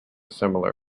similar